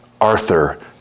Arthur